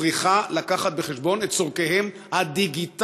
צריכה להביא בחשבון את צרכיה הדיגיטליים